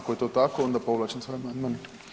Ako je to tako onda povlačim svoj amandman.